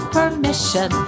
permission